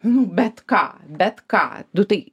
nu bet ką bet ką nu tai